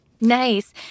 Nice